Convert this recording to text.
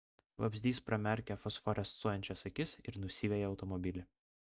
vabzdys pramerkia fosforescuojančias akis ir nusiveja automobilį